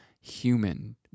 human